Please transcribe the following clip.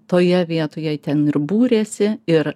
toje vietoje ten ir būrėsi ir